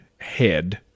head